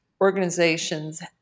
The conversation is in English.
organizations